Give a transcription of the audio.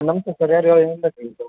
ನಮಸ್ತೆ ಸರ್ ಯಾರು ಹೇಳಿ ಏನು ಬೇಕಾಗಿತ್ತು